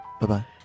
Bye-bye